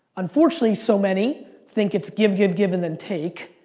unfortunately, so many think it's give give give and then take.